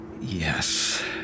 Yes